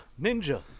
ninja